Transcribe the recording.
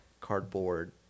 cardboard